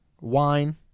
wine